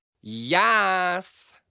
Yes